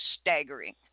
staggering